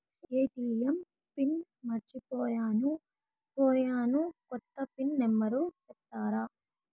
ATM PIN మర్చిపోయాను పోయాను, కొత్త పిన్ నెంబర్ సెప్తారా?